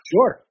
Sure